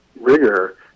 rigor